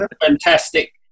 fantastic